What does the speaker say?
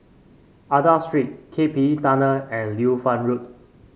Aida Street K P E Tunnel and Liu Fang Road